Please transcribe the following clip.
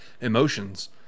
emotions